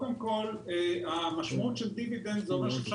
קודם כל המשמעות של דיבידנד זה אומר שאפשר